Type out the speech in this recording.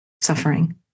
suffering